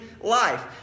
life